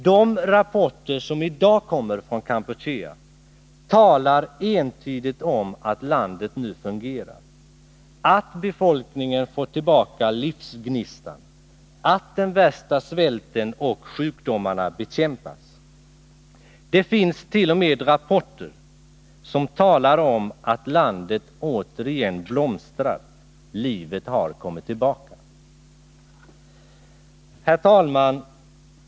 De rapporter som i dag kommer från Kampuchea talar entydigt om att landet nu fungerar, att befolkningen fått tillbaka livsgnistan, att den värsta svälten och sjukdomarna bekämpats. Det finns t.o.m. rapporter som talar om att landet återigen blomstrar, att livet har kommit tillbaka. Herr talman!